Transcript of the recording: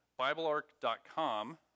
BibleArc.com